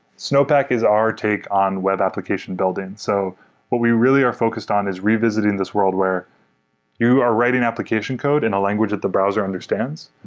snowpack is our take on web application building. so what we really are focused on is revisiting this world where you are writing application code and a language that browser understands,